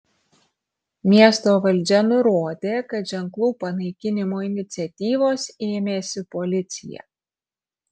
miesto valdžia nurodė kad ženklų panaikinimo iniciatyvos ėmėsi policija